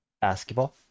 basketball